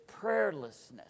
prayerlessness